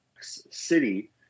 city